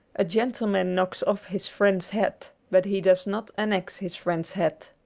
a gentleman knocks off his friend's hat, but he does not annex his friend's hat.